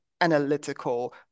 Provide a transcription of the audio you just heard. Analytical